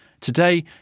Today